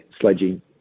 sledging